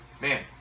Man